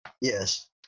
Yes